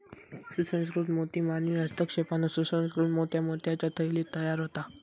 सुसंस्कृत मोती मानवी हस्तक्षेपान सुसंकृत मोत्या मोत्याच्या थैलीत तयार होता